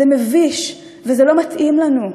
זה מביש, וזה לא מתאים לנו.